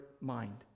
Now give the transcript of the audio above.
mind